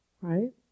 right